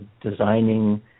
designing